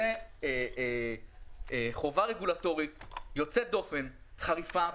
זאת חובה רגולטורית יוצאת דופן וחריפה.